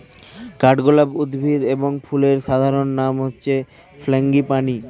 কাঠগোলাপ উদ্ভিদ এবং ফুলের সাধারণ নাম হচ্ছে ফ্রাঙ্গিপানি